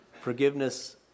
forgiveness